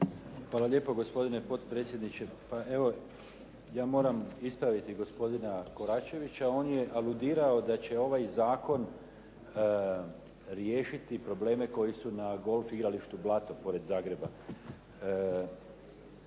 Hvala lijepo gospodine potpredsjedniče. Pa evo, ja moram ispraviti gospodina Koračevića. On je aludirao da će ovaj zakon riješiti probleme koji su na golf igralištu Blato pored Zagreba.